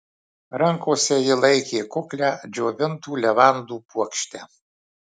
rankose ji laikė kuklią džiovintų levandų puokštę